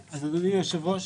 אדוני היושב ראש,